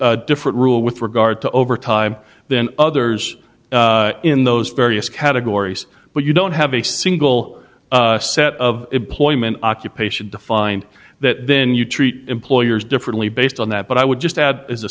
different rule with regard to overtime than others in those various categories but you don't have a single set of employment occupation defined that then you treat employers differently based on that but i would just